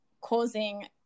causing